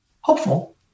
Hopeful